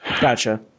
Gotcha